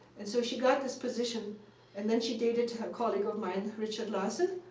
and so she got this position and then she dated a colleague of mine, richard larson,